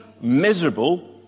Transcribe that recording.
miserable